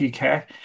UK